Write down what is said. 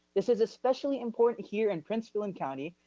this is especially important here in prince william county,